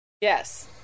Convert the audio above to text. Yes